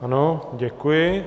Ano, děkuji.